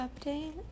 update